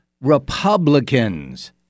Republicans